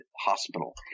hospital